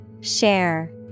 Share